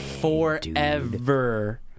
Forever